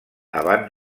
abans